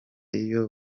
iyo